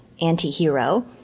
anti-hero